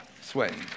Sweating